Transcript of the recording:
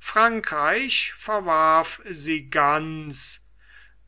frankreich verwarf sie ganz